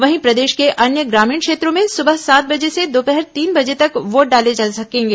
वहीं प्रदेश के अन्य ग्रामीण क्षेत्रों में सुबह सात बजे से दोपहर तीन बजे तक वोट डाले जा सकेंगे